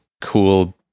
cool